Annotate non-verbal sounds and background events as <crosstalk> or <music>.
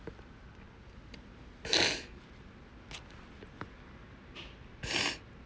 <breath> <breath>